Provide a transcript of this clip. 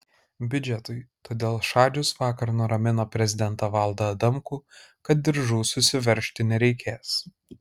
biudžetui todėl šadžius vakar nuramino prezidentą valdą adamkų kad diržų susiveržti nereikės